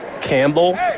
Campbell